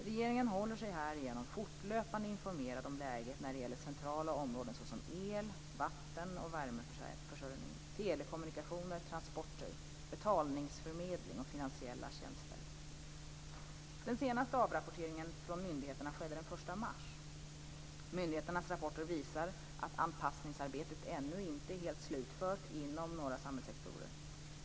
Regeringen håller sig härigenom fortlöpande informerad om läget när det gäller centrala områden såsom el-, vatten och värmeförsörjning, telekommunikationer, transporter, betalningsförmedling och finansiella tjänster. Den senaste avrapporteringen från myndigheterna skedde den 1 mars. Myndigheternas rapporter visar att anpassningsarbetet ännu inte är helt slutfört inom någon samhällssektor.